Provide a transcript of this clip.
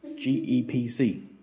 G-E-P-C